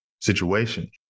situation